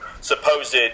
supposed